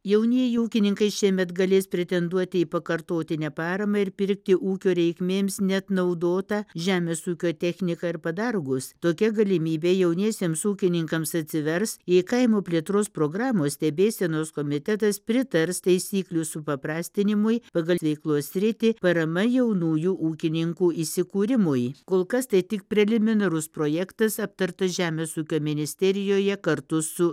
jaunieji ūkininkai šiemet galės pretenduoti į pakartotinę paramą ir pirkti ūkio reikmėms net naudotą žemės ūkio techniką ir padargus tokia galimybė jauniesiems ūkininkams atsivers jei kaimo plėtros programos stebėsenos komitetas pritars taisyklių supaprastinimui pagal veiklos sritį parama jaunųjų ūkininkų įsikūrimui kol kas tai tik preliminarus projektas aptartas žemės ūkio ministerijoje kartu su